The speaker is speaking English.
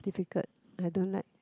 difficult I don't like